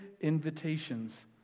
invitations